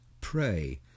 Pray